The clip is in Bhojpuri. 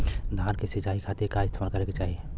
धान के सिंचाई खाती का इस्तेमाल करे के चाही?